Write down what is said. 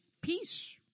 Peace